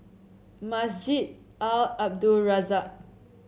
Masjid Al Abdul Razak